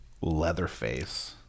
leatherface